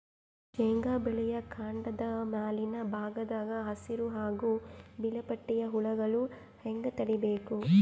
ಶೇಂಗಾ ಬೆಳೆಯ ಕಾಂಡದ ಮ್ಯಾಲಿನ ಭಾಗದಾಗ ಹಸಿರು ಹಾಗೂ ಬಿಳಿಪಟ್ಟಿಯ ಹುಳುಗಳು ಹ್ಯಾಂಗ್ ತಡೀಬೇಕು?